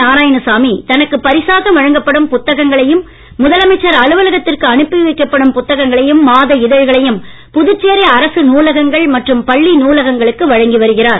நாராயணசாமி தனக்கு பரிசாக வழங்கப்படும் புத்தகங்களையும் முதல் அமைச்சர் அலுவலகத்திற்கு அனுப்பிவைக்கப்படும் புத்தகங்களையும் மாத இதழ்களையும் புதுச்சேரி அரசு நூலகங்கள் மற்றும் பள்ளி நூலகங்களுக்கு வழங்கி வருகிறார்